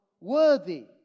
worthy